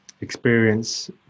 experience